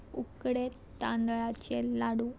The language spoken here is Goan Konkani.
उकडे तांदळाचे लाडू